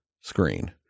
screen